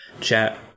chat